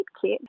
kit